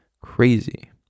crazy